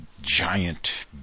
giant